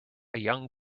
young